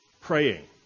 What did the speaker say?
praying